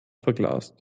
verglast